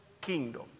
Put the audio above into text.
kingdom